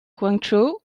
guangzhou